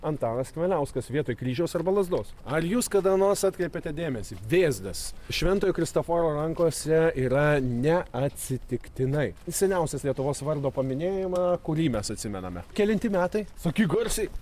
antanas kavaliauskas vietoj kryžiaus arba lazdos ar jūs kada nors atkreipėte dėmesį vėzdas šventojo kristoforo rankose yra ne atsitiktinai seniausias lietuvos vardo paminėjimą kurį mes atsimename kelinti metai sakyk garsiai